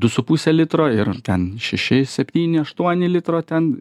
du su puse litro ir ten šeši septyni aštuoni litro ten